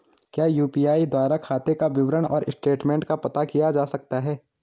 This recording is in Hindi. क्या यु.पी.आई द्वारा खाते का विवरण और स्टेटमेंट का पता किया जा सकता है?